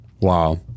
Wow